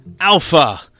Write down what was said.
Alpha